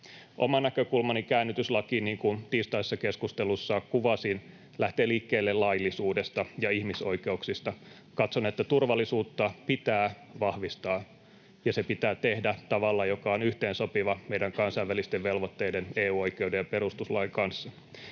Oma näkökulmani käännytyslakiin, niin kuin tiistaisessa keskustelussa kuvasin, lähtee liikkeelle laillisuudesta ja ihmisoikeuksista. Katson, että turvallisuutta pitää vahvistaa ja se pitää tehdä tavalla, joka on yhteensopiva meidän kansainvälisten velvoitteidemme, EU-oikeuden ja perustuslain kanssa.